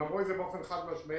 הם אמרו את זה באופן חד משמעי,